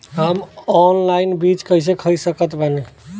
हम ऑनलाइन बीज कइसे खरीद सकत बानी?